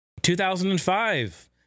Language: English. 2005